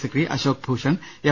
Sikri Ashok Bhushan M